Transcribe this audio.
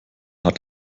hat